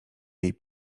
jej